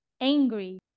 angry